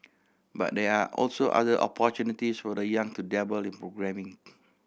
but there are also other opportunities for the young to dabble in programming